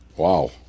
Wow